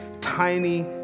tiny